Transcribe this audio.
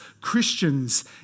Christians